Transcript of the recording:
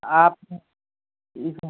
आपने इस